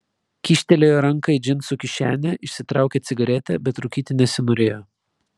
kyštelėjo ranką į džinsų kišenę išsitraukė cigaretę bet rūkyti nesinorėjo